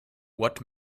what